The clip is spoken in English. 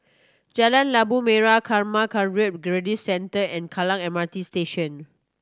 Jalan Labu Merah Karma Kagyud Buddhist Centre and Kallang M R T Station